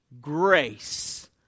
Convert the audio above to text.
grace